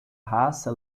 raça